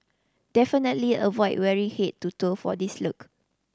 definitely avoid wearing head to toe for this look